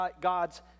God's